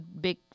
big